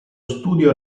studio